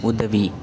உதவி